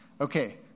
Okay